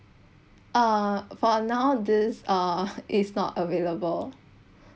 uh for now this uh it's not available